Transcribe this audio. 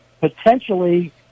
potentially